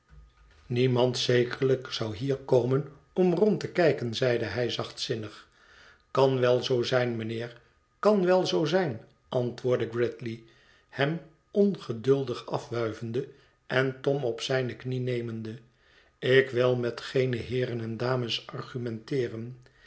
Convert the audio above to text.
niemand zekerlijk zou hier komen om rond te kijken zeide hij zachtzinnig kan wel zoo zijn mijnheer kan wel zoo zijn antwoordde gridley hem ongeduldig afwuivende en tom op zijne knie nemende ik wil met geene heeren en dames argumenteeren